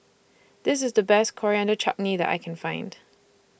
This IS The Best Coriander Chutney that I Can Find